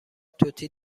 توتی